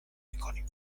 میکنیم